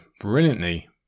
brilliantly